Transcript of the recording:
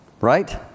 right